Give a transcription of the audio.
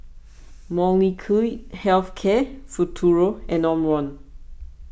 Molnylcke Health Care Futuro and Omron